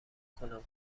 کنم